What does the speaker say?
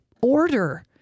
order